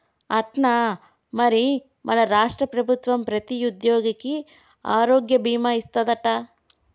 అట్నా మరి మన రాష్ట్ర ప్రభుత్వం ప్రతి ఉద్యోగికి ఆరోగ్య భీమా ఇస్తాదట